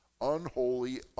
unholy